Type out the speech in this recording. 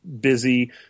busy